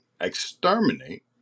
exterminate